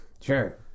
Sure